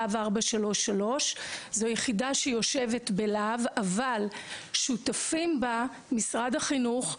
להב 433. זאת יחידה שיושבת בלהב אבל שותפים בה: משרד החינוך,